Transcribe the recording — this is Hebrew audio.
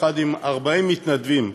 יחד עם 40 מתנדבים,